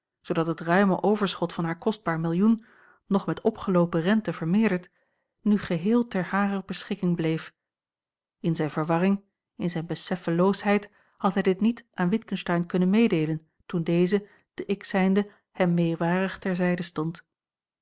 zoodat het ruime overschot van haar kostbaar millioen nog met opgeloopen rente vermeerderd nu geheel te harer beschikking bleef in zijne verwarring in zijne beseffeloosheid had hij dit niet aan witgensteyn kunnen meedeelen toen deze te x zijnde hem meewarig ter zijde stond